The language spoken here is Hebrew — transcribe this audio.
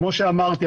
כמו שאמרתי,